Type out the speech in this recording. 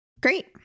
Great